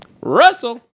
Russell